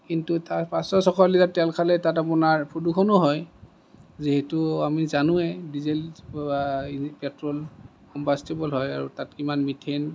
কিন্তু তাৰ পাঁচশ ছশ লিটাৰ তেল খালে তাত আপোনাৰ প্ৰদূষণো হয় যিহেতু আমি জানোৱে ডিজেল পেট্ৰল কম্বাছটিবল হয় আৰু তাত ইমান মিথেন